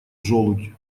желудь